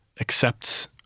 accepts